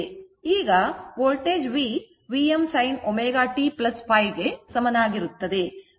ಈಗ voltage v Vm sin ω t ϕ ಗೆ ಸಮಾನವಾಗಿರುತ್ತದೆ